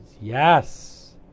yes